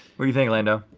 what do you think lando?